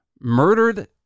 murdered